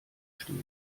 steht